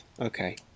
Okay